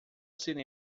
cinema